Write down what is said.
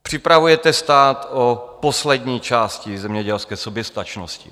Připravujete stát o poslední části zemědělské soběstačnosti.